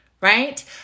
right